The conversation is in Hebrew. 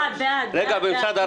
בעד, בעד.